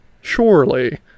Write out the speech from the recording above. surely